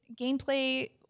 gameplay